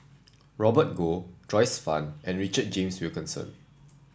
Robert Goh Joyce Fan and Richard James Wilkinson